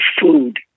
food